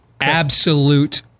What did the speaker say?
Absolute